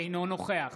אינו נוכח